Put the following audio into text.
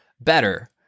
better